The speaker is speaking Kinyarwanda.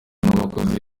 n’abakozi